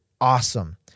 awesome